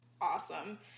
awesome